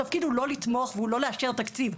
התפקיד הוא לא לתמוך ולא לאשר תקציב,